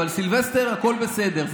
אבל בסילבסטר הכול בסדר,